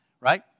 right